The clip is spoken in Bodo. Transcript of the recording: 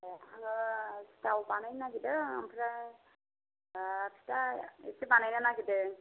ए आङो सिथाव बानायनो नागिरदों ओमफ्राय फिथा एसे बानायनो नागिरदों